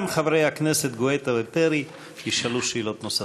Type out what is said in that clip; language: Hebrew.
גם חברי הכנסת גואטה ופרי ישאלו שאלות נוספות.